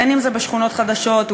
בין שזה בשכונות חדשות,